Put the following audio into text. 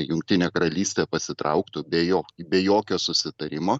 jungtinė karalystė pasitrauktų be jo be jokio susitarimo